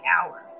hours